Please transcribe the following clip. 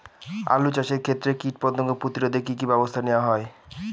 আলু চাষের ক্ষত্রে কীটপতঙ্গ প্রতিরোধে কি কী ব্যবস্থা নেওয়া হয়?